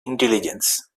intelligence